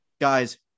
Guys